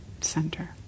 center